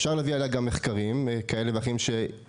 אפשר להביא עליה גם מחקרים כאלה ואחרים שנעשו,